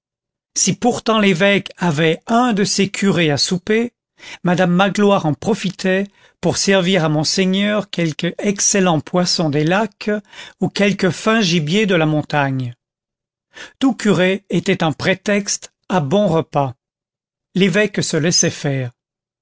si pourtant l'évêque avait un de ses curés à souper madame magloire en profitait pour servir à monseigneur quelque excellent poisson des lacs ou quelque fin gibier de la montagne tout curé était un prétexte à bon repas l'évêque se laissait faire